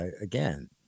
again